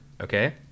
okay